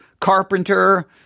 carpenter